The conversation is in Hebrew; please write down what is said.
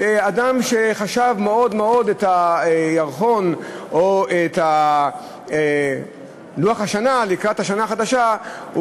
אדם שהחשיב מאוד מאוד את הירחון או את לוח השנה לקראת השנה החדשה,